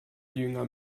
jünger